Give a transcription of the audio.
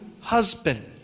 husband